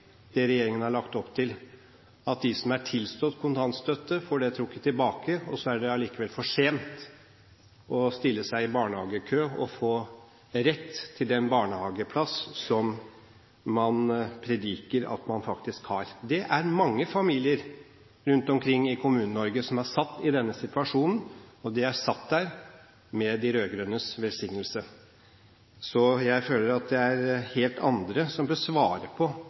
det som regjeringen har lagt opp til, nemlig at de som er tildelt kontantstøtte, får denne trukket tilbake, og så er det for sent å stille seg i barnehagekø og få den barnehageplassen som man prediker at man faktisk har rett på? Det er mange familier rundt omkring i Kommune-Norge som er satt i denne situasjonen, og de er satt der med de rød-grønnes velsignelse. Derfor føler jeg at det er helt andre som bør svare på